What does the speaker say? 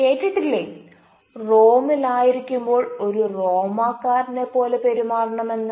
കേട്ടിട്ടില്ലേ റോമിൽ ആയിരിക്കുമ്പോൾ ഒരു റോമക്കാരനെ പോലെ പെരുമാറണമെന്ന്